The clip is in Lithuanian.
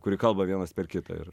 kuri kalba vienas per kitą ir